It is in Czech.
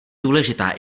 důležitá